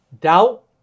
doubt